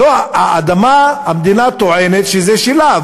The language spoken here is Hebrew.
לא, האדמה, המדינה טוענת שזה שלה.